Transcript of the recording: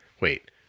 wait